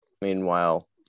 meanwhile